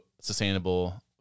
sustainable